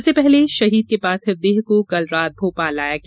इससे पहले शहीद की पार्थिव देह को कल रात भोपाल लाया गया